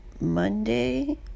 Monday